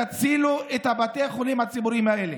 תצילו את בתי החולים הציבוריים האלה.